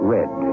Red